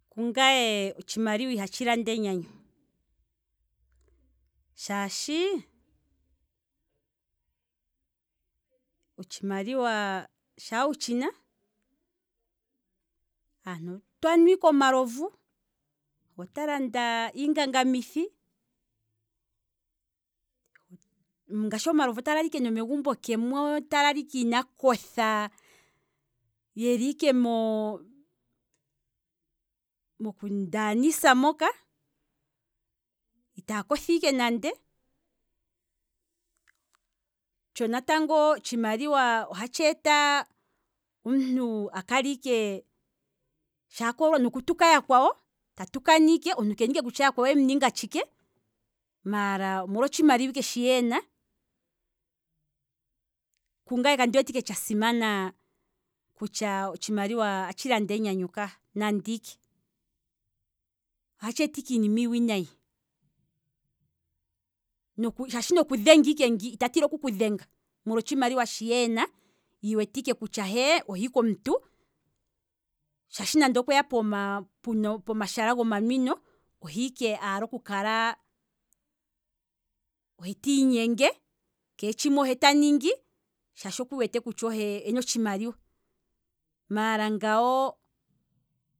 Kungaye otshimaliwa ihatshi landa enyanyu, shaashi otshimaliwa shaa wutshina aantu otaya nu ike omalovu, he ota landa iinganga mithi, ngaashi omalovu ota lala ike nomegumbo kemo ta lala ike ina kotha yeli ike moo moku ndaanisa moka, itaa kotha ike nande, tsho natango otshimaliwa oha tsheeta sha omuntu akolwa noku tuka yakwawo ta tukana ike omuntu kena kutya yakwawo oyemu ninga tshike, maala omolwa otshimaliwa ike shiya ena, kungaye kandi wete ike tsha simana kutya otshimaliwa atshi landa enyanyu kaa nande ike, oha tsheeta ike iinima iiwinayi, shaashi noku dhenga ike ngi, ita tila okuku dhenga molwa otshimaliwa shiya ena, iiwete ohiike omuntu shaashi nge okweya pomashala gomanwino ohe ike iiwete apumbwa oku kala ohe tiinyenge, kee tshimwe ohe taningi shaashi okwiiwete ena otshimaliwa. maala ngano